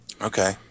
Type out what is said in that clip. okay